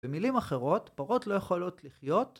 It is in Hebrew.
במילים אחרות פרות לא יכולות לחיות...